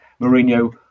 Mourinho